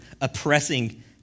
oppressing